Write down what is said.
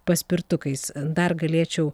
paspirtukais dar galėčiau